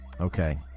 Okay